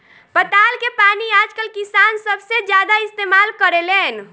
पताल के पानी आजकल किसान सबसे ज्यादा इस्तेमाल करेलेन